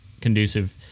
conducive